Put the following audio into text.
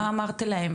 מה אמרתם להן?